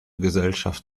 gesellschaft